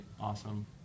awesome